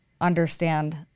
understand